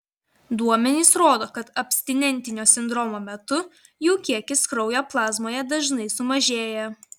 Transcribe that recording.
duomenys rodo kad abstinentinio sindromo metu jų kiekis kraujo plazmoje dažnai sumažėja